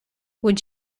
would